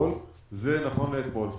נכון לאתמול.